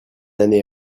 année